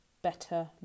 better